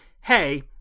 hey